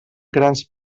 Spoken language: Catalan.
grans